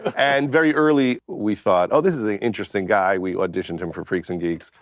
and very early we thought, oh, this is an interesting guy. we auditioned him for freaks and geeks.